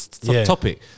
topic